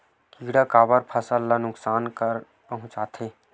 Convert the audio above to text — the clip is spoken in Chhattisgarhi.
किड़ा काबर फसल ल नुकसान पहुचाथे?